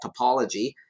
topology